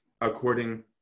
according